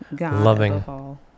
loving